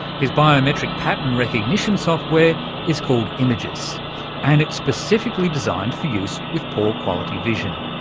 his biometric pattern recognition software is called imagus and it's specifically designed for use with poor quality vision.